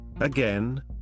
again